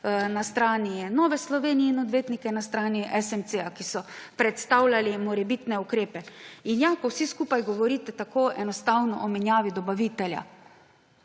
na strani Nove Slovenije in odvetnike na strani SMC-ja, ki so predstavljali morebitne ukrepe. In ja, ko vsi skupaj govorite tako enostavno o menjavi dobavitelja.